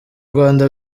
rwanda